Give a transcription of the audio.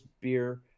beer